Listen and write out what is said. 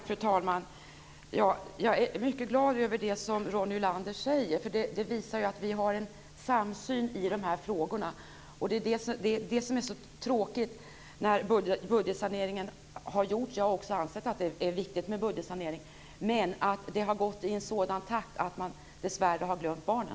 Fru talman! Jag är mycket glad över det som Ronny Olander säger. Det visar att vi har en samsyn i de här frågorna. Det som är så tråkigt med budgetsaneringen - jag har också ansett att det är viktigt att göra en budgetsanering - är att den har gått i en sådan takt att man dessvärre har glömt barnen.